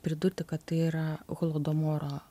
pridurti kad tai yra holodomoro